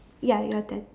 ya your turn